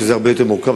שזה הרבה יותר מורכב.